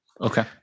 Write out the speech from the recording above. Okay